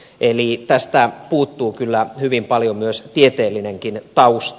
eli tästä puuttuu kyllä hyvin paljon myös tieteellinenkin tausta